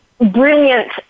brilliant